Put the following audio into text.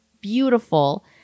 beautiful